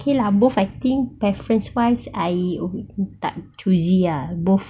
okay lah both I think preference wise I tak choosy ah both